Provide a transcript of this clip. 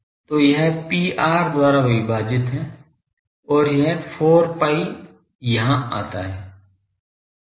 तो यह Pr द्वारा विभाजित है और यह 4 pi यहाँ जाता है